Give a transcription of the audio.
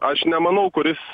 aš nemanau kuris